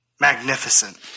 Magnificent